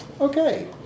Okay